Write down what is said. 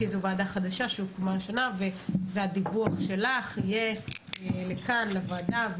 כי זו ועדה חדשה שהוקמה השנה והדיווח שלך יהיה לכאן לוועדה,